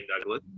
Douglas